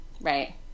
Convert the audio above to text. Right